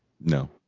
No